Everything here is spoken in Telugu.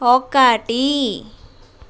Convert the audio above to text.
ఒకటి